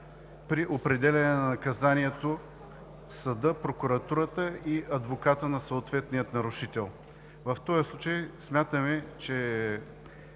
при определяне на наказанието съда, прокуратурата и адвоката на съответния нарушител. В този случай смятаме, че